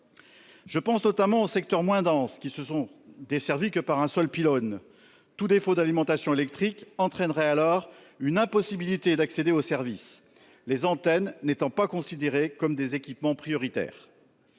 Je pense notamment aux secteurs moins dense qui se sont desservies que par un seul pylône tout défaut d'alimentation électrique entraînerait alors une impossibilité d'accéder au service. Les antennes n'étant pas considérées comme des équipements prioritaires.